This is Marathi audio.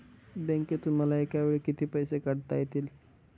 बँकेतून मला एकावेळी किती पैसे काढता येतात?